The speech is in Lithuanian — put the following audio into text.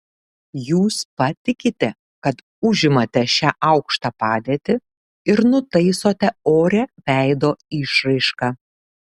jūs patikite kad užimate šią aukštą padėtį ir nutaisote orią veido išraišką